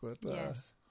Yes